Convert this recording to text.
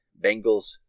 Bengals